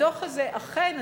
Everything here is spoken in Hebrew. הדוח הזה אכן,